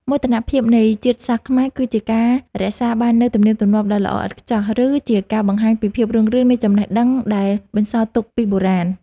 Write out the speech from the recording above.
មោទនភាពនៃជាតិសាសន៍ខ្មែរគឺការរក្សាបាននូវទំនៀមទម្លាប់ដ៏ល្អឥតខ្ចោះ ឬ ជាការបង្ហាញពីភាពរុងរឿងនៃចំណេះដឹងដែលបន្សល់ទុកពីបុរាណ។